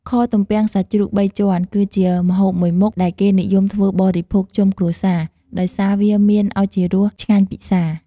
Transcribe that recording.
ខទំពាំងសាច់ជ្រូកបីជាន់គឺជាម្ហូបមួយមុខ ដែលគេនិយមធ្វើបរិភោគជុំគ្រួសារ ដោយសារវាមានឱជារសឆ្ងាញ់ពិសា។